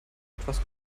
etwas